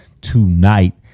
tonight